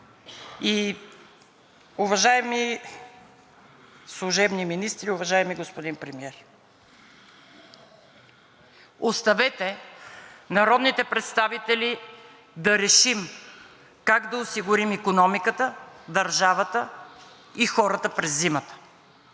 И, уважаеми служебни министри, уважаеми господин Премиер! Оставете народните представители да решим как да осигурим икономиката, държавата и хората през зимата.